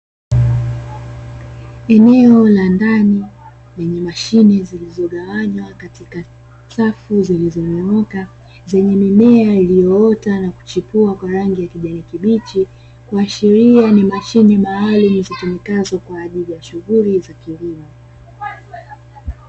Eneo la ndani lenye mashine zilizogawanywa katika safu zilizonyooka, zenye mimea iliyoota na kuchipua kwa rangi ya kijani kibichi. Kuashiria ni mashine maalumu zitumikazo kwa ajili ya shughuli za kilimo.